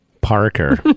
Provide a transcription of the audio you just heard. Parker